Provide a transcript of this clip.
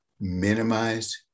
minimize